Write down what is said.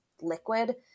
liquid